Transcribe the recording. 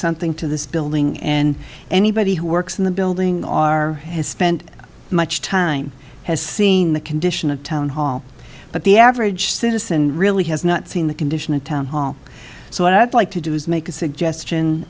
something to this building and anybody who works in the building are has spent much time has seen the condition of town hall but the average citizen really has not seen the condition of town hall so i'd like to do is make a suggestion